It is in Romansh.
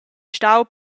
stau